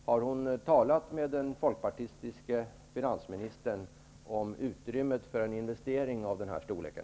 Har hon talat med den folkpartistiska finansministern om utrymmet för en investering av den här storleken?